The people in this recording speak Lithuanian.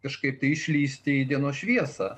kažkaip išlįsti į dienos šviesą